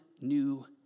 new